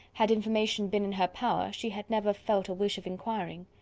had information been in her power, she had never felt a wish of inquiring.